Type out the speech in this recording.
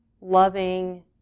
loving